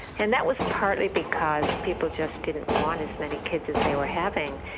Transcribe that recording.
and that was partly because people just didn't want as many kids as they were having,